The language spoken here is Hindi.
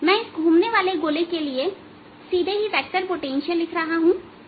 मैं इस घूमने वाले गोले के लिए सीधे ही वेक्टर पोटेंशियल लिख रहा हूं